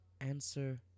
Answer